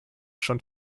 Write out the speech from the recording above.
schon